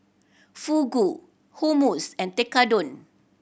Fugu Hummus and Tekkadon